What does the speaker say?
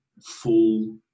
full